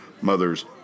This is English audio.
Mothers